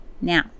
Now